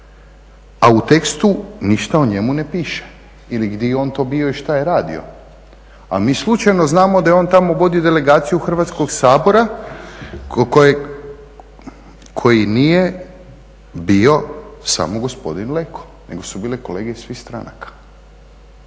a u tekstu ništa o njemu ne piše ili gdje je on to bio i što je radio. A mi slučajno znamo da je on tamo vodio delegaciju Hrvatskog sabora koji nije bio samo gospodin Leko nego su bile kolege iz svih stranaka.